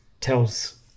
tells